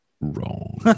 wrong